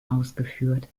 ausgeführt